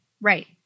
Right